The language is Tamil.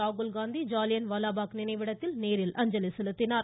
ராகுல்காந்தி ஜாலியன் வாலாபாக் நினைவிடத்தில் நேரில் அஞ்சலி செலுத்தினார்